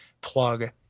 plug